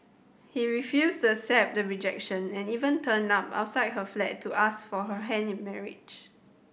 he refused accept the rejection and even turned up outside her flat to ask for her hand in marriage